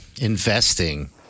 investing